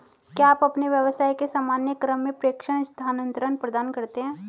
क्या आप अपने व्यवसाय के सामान्य क्रम में प्रेषण स्थानान्तरण प्रदान करते हैं?